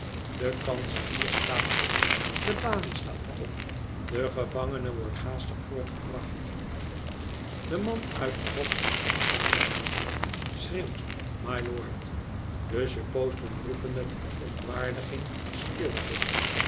de kanselier staat op de balie staat op de gevangene wordt haastig voorgebracht de man uit shropshiro schreeuwt mylord de suppoosten roepen met verontwaardiging stilte